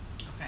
Okay